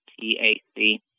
T-A-C